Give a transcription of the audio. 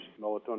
melatonin